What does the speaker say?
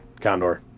Condor